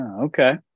Okay